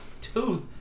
tooth